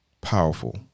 powerful